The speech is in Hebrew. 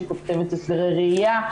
שכותבת הסדרי ראייה,